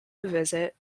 visit